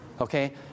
Okay